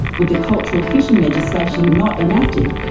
with the cultural fishing legislation not enacted,